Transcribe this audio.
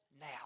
now